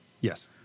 Yes